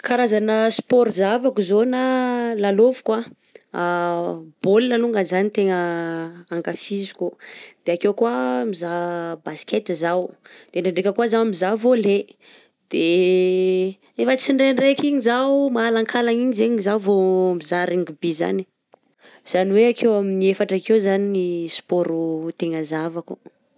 Karazana sport zahavako zao na lalaoviko baolina longany zany tena ankafiziko, de ake koa mizaha baskety zaho, de ndraidraiky de koa zaho mizaha volley de efa tsindraindraiky iny zaho mahalakalagna iny zegny zaho vao mizaha ringby zany, izany oe akeo amin'ny efatra akeo zany ny sport no tena zahavako.